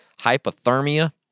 Hypothermia